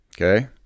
Okay